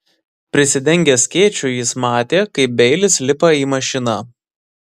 prisidengęs skėčiu jis matė kaip beilis lipa į mašiną